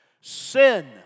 Sin